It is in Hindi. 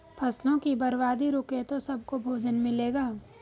फसलों की बर्बादी रुके तो सबको भोजन मिलेगा